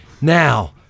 Now